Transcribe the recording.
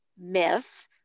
myth